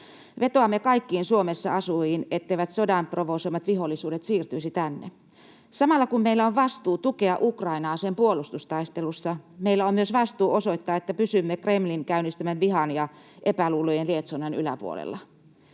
Vetoamme kaikkiin Suomessa asuviin, etteivät sodan provosoimat vihollisuudet siirtyisi tänne. Samalla kun meillä on vastuu tukea Ukrainaa sen puolustustaistelussa, meillä on myös vastuu osoittaa, että pysymme Kremlin käynnistämän vihan ja epäluulojen lietsonnan yläpuolella.